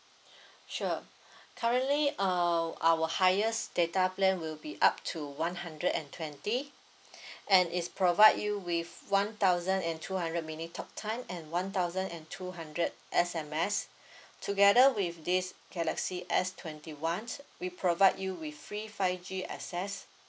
sure currently uh our highest data plan will be up to one hundred and twenty and is provide you with one thousand and two hundred minute talk time and one thousand and two hundred S_M_S together with this okay let say S twenty one we provide you with free five G access